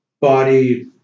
body